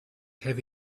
have